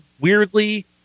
weirdly